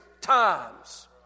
times